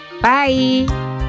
bye